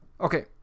Okay